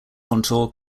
contour